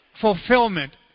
fulfillment